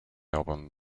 album